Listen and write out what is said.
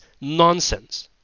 nonsense